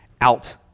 out